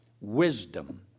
wisdom